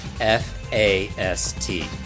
F-A-S-T